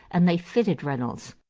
and they fitted reynolds.